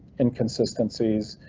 inconsistencies